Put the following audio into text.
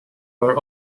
are